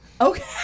Okay